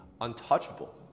untouchable